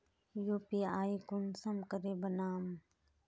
UPI कुंसम करे बनाम?